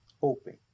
hoping